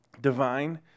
Divine